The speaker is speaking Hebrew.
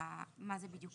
בעצם בתי הלוחם.